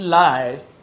life